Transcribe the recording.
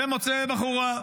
ומוצא בחורה,